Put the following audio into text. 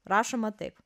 rašoma taip